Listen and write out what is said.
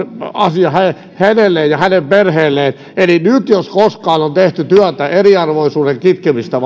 asia hänelle ja hänen perheelleen eli nyt jos koskaan on tehty työtä eriarvoisuuden kitkemiseksi